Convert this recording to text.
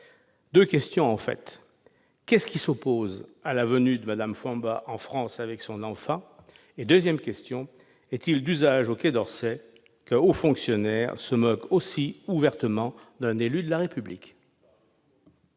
deux questions suivantes : qu'est-ce qui s'oppose à la venue de Mme Fuamba en France avec son enfant ? Est-il d'usage, au Quai d'Orsay, qu'un haut fonctionnaire se moque aussi ouvertement d'un élu de la République ?